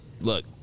look